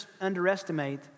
underestimate